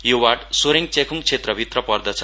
यो वार्ड सोरेड च्याख्ङ क्षेत्रभित्र पर्दछ